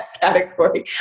category